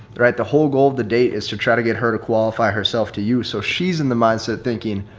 right? the whole goal of the date is to try to get her to qualify herself to you. so she's in the mindset thinking,